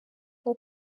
nko